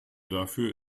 dafür